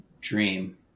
dream